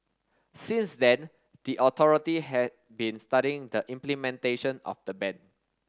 since then the authority had been studying the implementation of the ban